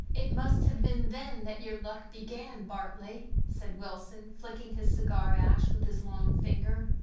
it must have been then that your luck began, bartley, said wilson, flicking his cigar ash with his long finger.